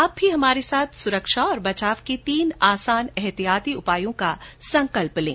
आप भी हमारे साथ सुरक्षा और बचाव के तीन आसान एहतियाती उपायों का संकल्प लें